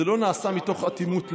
זה לא נעשה מתוך אטימות לב.